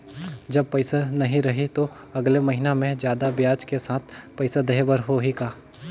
जब पइसा नहीं रही तो अगले महीना मे जादा ब्याज के साथ पइसा देहे बर होहि का?